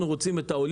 אנחנו רוצים את העולם